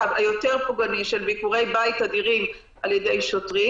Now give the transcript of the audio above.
היותר פוגעני של ביקורי בית תדירים על ידי שוטרים,